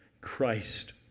Christ